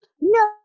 No